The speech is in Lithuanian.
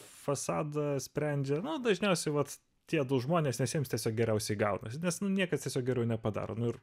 fasadą sprendžia dažniausiai vat tie du žmonės nes jiems tiesiog geriausiai gaunasi nes niekas tiesiog geriau nepadaro nu ir